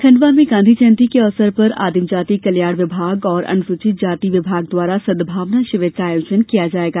खण्डवा में गांधी जयंती के अवसर पर आदिम जाति कल्याण विभाग एवं अनुसूचित जाति विभाग द्वारा सद्भावना शिविर का आयोजन आज किया जायेगा